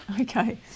Okay